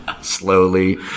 slowly